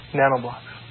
nanoblocks